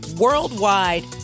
worldwide